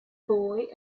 boy